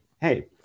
hey